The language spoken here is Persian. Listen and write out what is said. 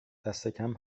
دستکم